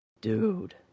Dude